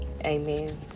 amen